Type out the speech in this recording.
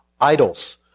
idols